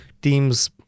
team's